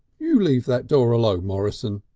you leave that door alone, morrison,